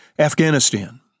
Afghanistan